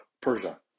Persia